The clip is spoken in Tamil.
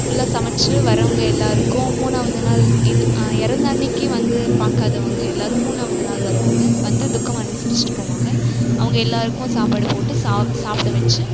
ஃபுல்லாக சமைச்சி வரவங்க எல்லாருக்கும் மூணாவது நாள் இது இறந்த அன்னிக்கி வந்து பார்க்காதவங்க எல்லாரும் மூணாவது நாள் வருவாங்க வந்து துக்கம் அனுசரித்துட்டு போவாங்க அவங்க எல்லாருக்கும் சாப்பாடு போட்டு சாப் சாப்பிட வெச்சு